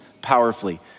powerfully